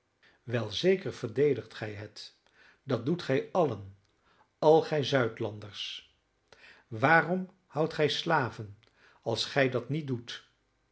wel zeker verdedigt gij het dat doet gij allen al gij zuidlanders waarom houdt gij slaven als gij dat niet doet